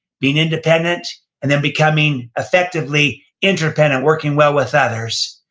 being independent and then becoming effectively interdependent working well with others.